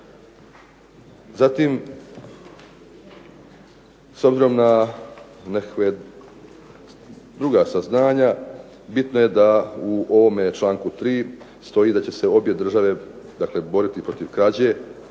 Zatim, s obzirom na nekakva druga saznanja bitno je da u ovome članku 3. stoji da će se obje države, dakle boriti protiv krađe,